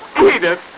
Edith